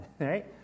right